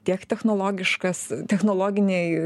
tiek technologiškas technologiniai